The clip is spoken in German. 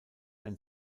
ein